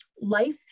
life